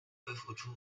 复出